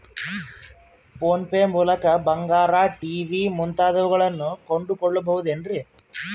Phone pay ಮೂಲಕ ಬಂಗಾರ, TV ಮುಂತಾದವುಗಳನ್ನ ಕೊಂಡು ಕೊಳ್ಳಬಹುದೇನ್ರಿ?